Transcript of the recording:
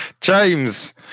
James